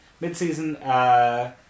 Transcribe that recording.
mid-season